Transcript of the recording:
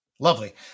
Lovely